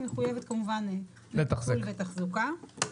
היא מחויבת כמובן לדאוג להם לתחזוקה.